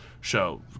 show